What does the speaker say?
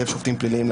לשופטים פליליים,